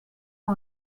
que